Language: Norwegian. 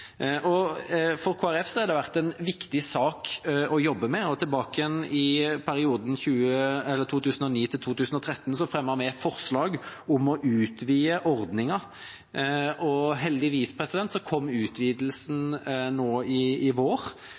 gjelder i dag. Så dette er en ordning som er utrolig viktig både for samfunnet og for familiene. For Kristelig Folkeparti har det vært en viktig sak å jobbe med. I perioden 2009–2013 fremmet vi forslag om å utvide ordningen. Heldigvis kom utvidelsen nå i vår